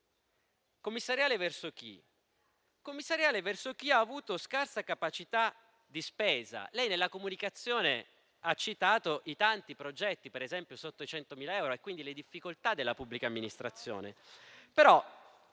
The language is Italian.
«commissariale» verso chi? Verso chi ha avuto scarsa capacità di spesa. Nella comunicazione ha citato i tanti progetti, ad esempio sotto i 100.000 euro, quindi le difficoltà della pubblica amministrazione.